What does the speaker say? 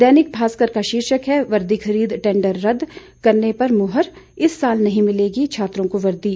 दैनिक भास्कर का शीर्षक है वर्दी खरीद टेंडर रद्द करने पर मुहर इस साल नहीं मिलेगी छात्रों को वर्दी